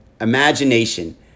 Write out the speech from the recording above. Imagination